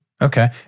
Okay